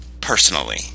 personally